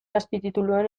azpitituluen